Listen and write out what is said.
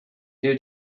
due